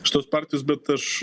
šitos partijos bet aš